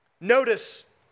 notice